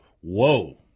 Whoa